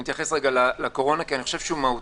שמתייחס לקורונה כי אני חושב שהוא מהותי,